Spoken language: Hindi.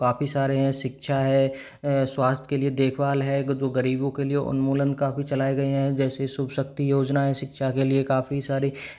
वो काफ़ी सारे हैं शिक्षा है स्वास्थ्य के लिए देखभाल है वो गरीबों के लिए उन्मूलन काफ़ी चलाए गए हैं जैसे शुभ शक्ति योजना है शिक्षा के लिए काफ़ी सारी